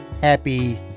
Happy